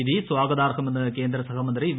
വിധി സ്വാഗതാർഹമെന്ന് കേന്ദ്ര സഹമന്ത്രി വി